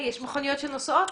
יש מכוניות שנוסעות.